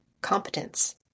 competence